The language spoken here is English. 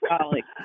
colleagues